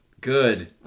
Good